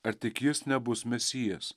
ar tik jis nebus mesijas